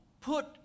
put